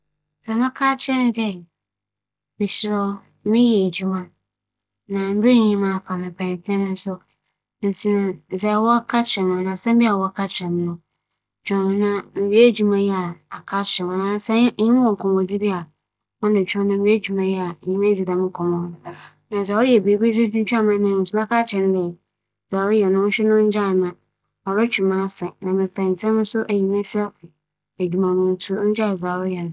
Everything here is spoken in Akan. Akyerɛba, nokwarsɛm nyi adze a ereyɛ yi m'enyiwa nngye ho korakora. Medzi kan m'aka akyerɛ wo dɛ adze a mereyɛ yi, Owura Fosu regye ntsi meserɛ wo ma munwie, muwie a, asɛm biara a epɛ dɛ enye me ka no, mebɛba ma enye me aka. Afei, ma ͻnye na tseetsee ara na eretseetee me yi. Nnyɛ dɛ memmpɛ dɛ mebetsie asɛm a ereka no, ntsi nya abotar, muwie a mebɛba ebetsie na gyaa me ma menyɛ dza mereyɛ yi.